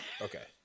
Okay